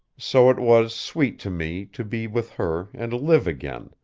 so it was sweet to me to be with her and live again,